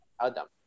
Adam